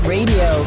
Radio